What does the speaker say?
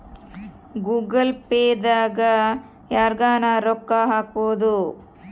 Google Pay ದಾಗ ಯರ್ಗನ ರೊಕ್ಕ ಹಕ್ಬೊದು